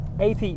AP